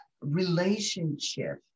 relationship